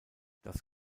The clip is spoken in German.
das